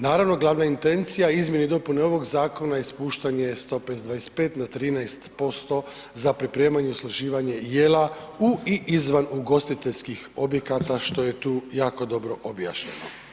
Naravno, glavna intencija izmjene i dopune ovog zakona je spuštanje stope s 25 na 13% za pripremanje i usluživanje jela u i izvan ugostiteljskih objekata što je tu jako dobro objašnjeno.